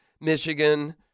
Michigan